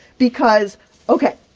because ok,